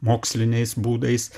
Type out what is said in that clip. moksliniais būdais